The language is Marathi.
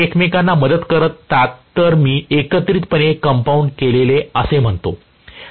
जर ते दोघे एकमेकांना मदत करतात तर मी एकत्रितपणे कंपाऊंड केलेले असे म्हणतो